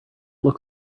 look